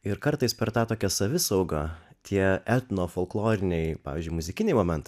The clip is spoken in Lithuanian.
ir kartais per tą tokią savisaugą tie etnofolkloriniai pavyzdžiui muzikiniai momentai